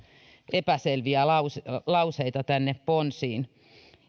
epäselviä lauseita tänne ponsiin